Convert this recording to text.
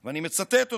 ואני מצטט אותו: